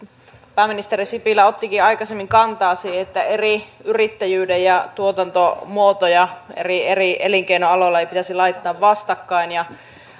pääministeri sipilä ottikin aikaisemmin kantaa siihen että eri yrittäjyyttä ja tuotantomuotoja eri eri elinkeinoaloilla ei pitäisi laittaa vastakkain